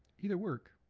either work.